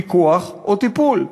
פיקוח או טיפול.